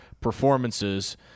performances